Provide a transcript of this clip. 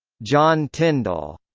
john tyndall,